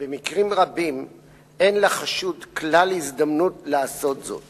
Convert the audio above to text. שבמקרים רבים אין לחשוד הזדמנות לעשות זאת